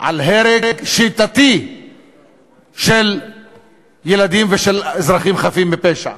על הרג שיטתי של ילדים ושל אזרחים חפים מפשע.